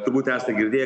turbūt esate girdėję